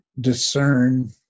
discern